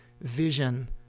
vision